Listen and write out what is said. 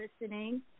listening